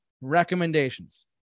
recommendations